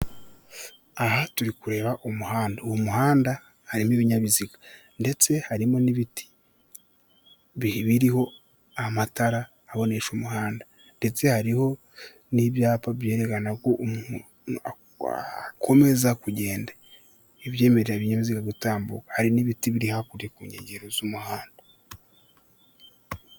Aha turikureba umuhanda, umuhanda harimo ibinyabiziga ndetse harimo n'ibiti biriho amatara abonesha umuhanda ndetse hariho n'ibyapa byerekana ko hakomeza kugenda .Ibyemererera ibinyabiziga gutambuka biri hakurya mu nkengero z'umuhanda.